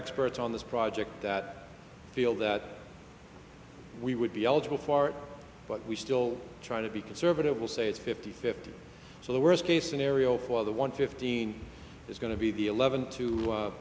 experts on this project that feel that we would be eligible for it but we still try to be conservative will say it's fifty fifty so the worst case scenario for the one fifteen is going to be the eleven to